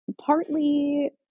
partly